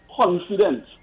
confident